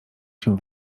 się